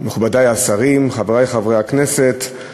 מכובדי השרים, חברי חברי הכנסת,